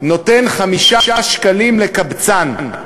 נותן 5 שקלים לקבצן.